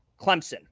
Clemson